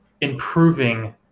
improving